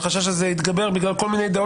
והחשש הזה התגבר בגלל כל מיני דעות